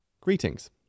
Greetings